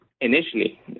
initially